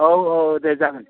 औ औ दे जागोन